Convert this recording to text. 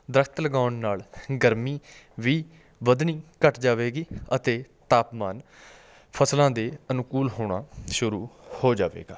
ਦਰਖ਼ਤ ਲਗਾਉਣ ਨਾਲ ਗਰਮੀ ਵੀ ਵੱਧਣੀ ਘੱਟ ਜਾਵੇਗੀ ਅਤੇ ਤਾਪਮਾਨ ਫਸਲਾਂ ਦੇ ਅਨੁਕੂਲ ਹੋਣਾ ਸ਼ੁਰੂ ਹੋ ਜਾਵੇਗਾ